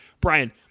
Brian